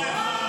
אוה.